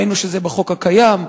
ראינו שזה בחוק הקיים,